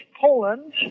Poland